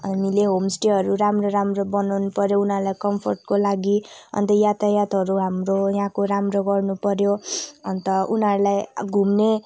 हामीले होमस्टेहरू राम्रो राम्रो बनाउनु पऱ्यो उनीहरूलाई कम्फोर्टको लागि अन्त यातायातहरू हाम्रो यहाँको राम्रो गर्नुपऱ्यो अन्त उनीहरूलाई घुम्ने